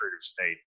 state